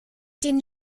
den